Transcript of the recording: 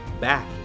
back